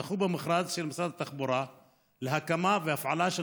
זכו במכרז של משרד התחבורה להקמה והפעלה של